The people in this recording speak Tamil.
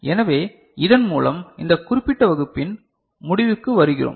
எனவே இதன் மூலம் இந்த குறிப்பிட்ட வகுப்பின் முடிவுக்கு வருகிறோம்